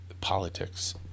politics